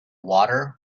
water